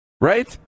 right